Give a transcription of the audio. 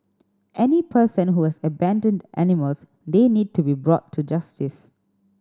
any person who has abandoned animals they need to be brought to justice